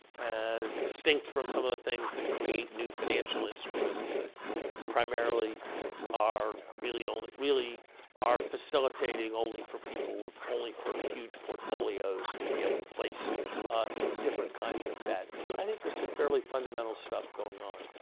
as distinct from some of the things that create new financial instruments that primarily are really only really are facilitating only for people only for huge portfolios to be able to place different kinds of bets. and i think there's some fairly fundamental stuff going on